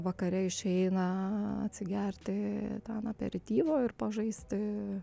vakare išeina atsigerti ten aperityvo ir pažaisti